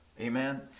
Amen